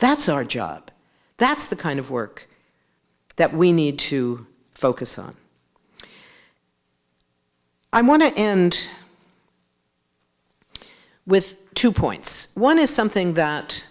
that's our job that's the kind of work that we need to focus on i want to end with two points one is something that